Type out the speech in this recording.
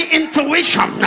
intuition